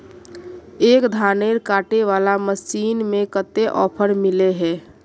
एक धानेर कांटे वाला मशीन में कते ऑफर मिले है?